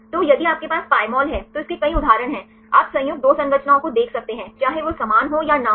तो यदि आपके पास Pymol है तो इसके कई उदाहरण हैं आप संयुक्त 2 संरचनाओं को देख सकते हैं चाहे वे समान हों या न हों